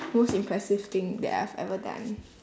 most impressive thing that I have ever done